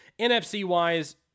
NFC-wise